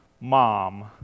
Mom